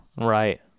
Right